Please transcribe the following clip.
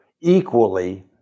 equally